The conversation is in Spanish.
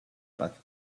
paz